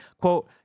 quote